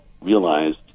realized